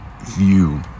view